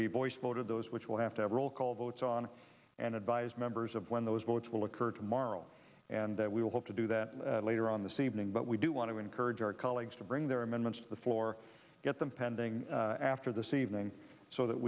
be voiced voted those which will have to have roll call votes on and advise members of when those votes will occur tomorrow and we'll hope to do that later on this evening but we do want to encourage our colleagues to bring their amendments to the floor get them pending after this evening so that